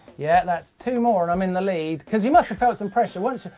yeah, that's two more and i'm in the lead. because you must have felt some pressure, won't you?